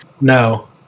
No